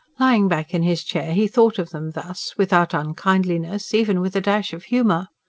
lying back in his chair he thought of them thus, without unkindliness, even with a dash of humour.